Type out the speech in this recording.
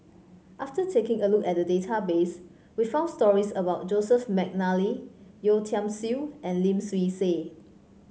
after taking a look at the database we found stories about Joseph McNally Yeo Tiam Siew and Lim Swee Say